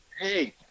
Hey